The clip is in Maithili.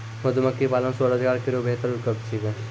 मधुमक्खी पालन स्वरोजगार केरो बेहतर विकल्प छिकै